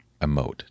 emote